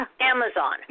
Amazon